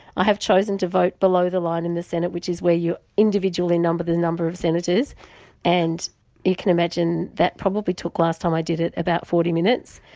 i have chosen to vote below the line in the senate which is where you individually number the number of senators and you can imagine that probably took, last time i did it, about forty minutes.